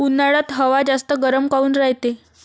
उन्हाळ्यात हवा जास्त गरम काऊन रायते?